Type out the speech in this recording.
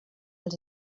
els